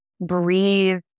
breathe